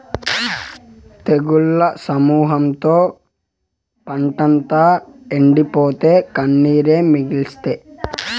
తెగుళ్ల సమూహంతో పంటంతా ఎండిపోయి, కన్నీరే మిగిల్సే